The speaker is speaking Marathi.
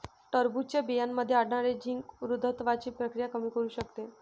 टरबूजच्या बियांमध्ये आढळणारे झिंक वृद्धत्वाची प्रक्रिया कमी करू शकते